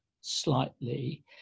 slightly